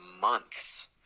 months